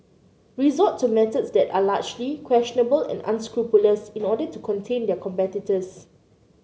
resort to methods that are largely questionable and unscrupulous in order to contain their competitors